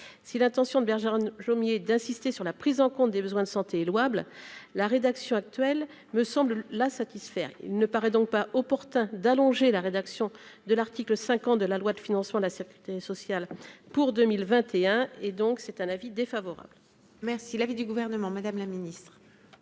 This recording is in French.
si l'intention de Bergeron Jomier d'insister sur la prise en compte des besoins de santé est louable, la rédaction actuelle me semble la satisfaire ne paraît donc pas opportun d'allonger la rédaction de l'article 5 ans de la loi de financement la circuité sociale pour 2021 et donc c'est un avis défavorable. Merci l'avis du gouvernement, Madame la Ministre.